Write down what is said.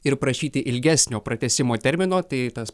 ir prašyti ilgesnio pratęsimo termino tai tas